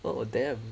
oh damn